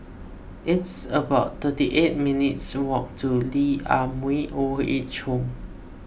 it's about thirty eight minutes' walk to Lee Ah Mooi Old Age Home